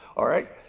all right.